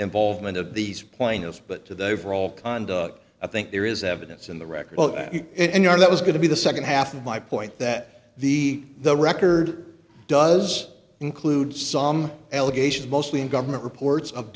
involvement of these point of but to the overall conduct i think there is evidence in the record and you are that was going to be the nd half of my point that the the record does include some allegations mostly in government reports of